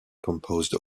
composed